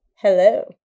Hello